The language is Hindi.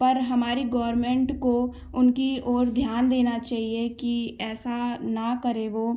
पर हमारी गोवर्मेंट को उनकी ओर ध्यान देना चाहिए कि ऐसा न करे वह